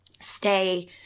stay